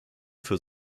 für